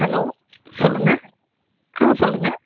hello சொல்லுங்கள் ம் சொல்லுங்கள்